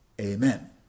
Amen